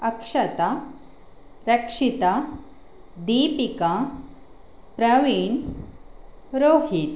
Akshata Rakshita Deepika Praveen Rohit